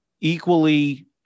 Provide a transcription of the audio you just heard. equally